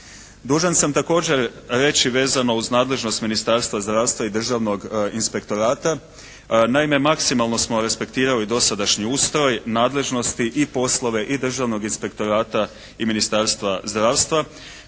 Dužan sam također reći vezano uz nadležnost Ministarstva zdravstva i Državnog inspektorata. Naime, maksimalno smo respektirali dosadašnji ustroj nadležnosti i poslove i Državnog inspektorata i Ministarstva zdravstva